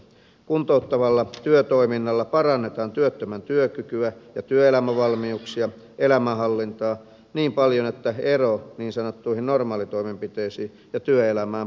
kuntouttavalla työtoiminnalla parannetaan työttömän työkykyä työelämävalmiuksia ja elämänhallintaa niin paljon että ero niin sanottujen normaalitoimenpiteiden ja työelämän välillä poistuu